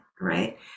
right